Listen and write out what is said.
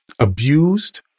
abused